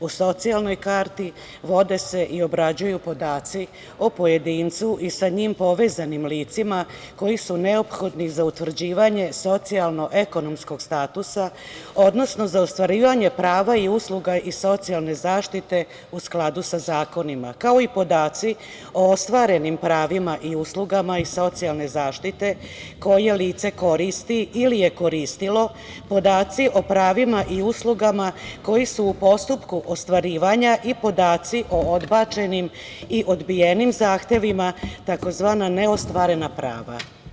U socijalnoj karti vode se i obrađuju podaci o pojedincu i sa njim povezanim licima koji su neophodni za utvrđivanje socijalnoekonomskog statusa, odnosno za ostvarivanje prava i usluga iz socijalne zaštite u skladu sa zakonima kao i podaci o ostvarenim pravima i uslugama iz socijalne zaštite koje lice koristi ili je koristilo, podaci o pravima i uslugama koji su u postupku ostvarivanja i podaci o odbačenim i odbijenim zahtevima tzv. neostvarena prava.